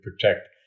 protect